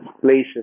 places